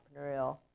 entrepreneurial